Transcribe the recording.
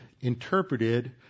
interpreted